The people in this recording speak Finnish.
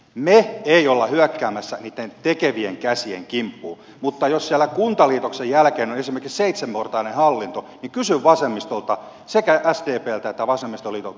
me emme ole hyökkäämässä niitten tekevien käsien kimppuun mutta jos siellä kuntaliitoksen jälkeen on esimerkiksi seitsemänportainen hallinto niin kysyn vasemmistolta sekä sdpltä että vasemmistoliitolta